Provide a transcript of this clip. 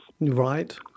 right